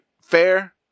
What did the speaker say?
fair